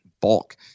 bulk